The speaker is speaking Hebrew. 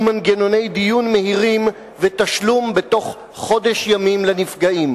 מנגנוני דיון מהירים ותשלום בתוך חודש ימים לנפגעים.